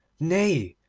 nay,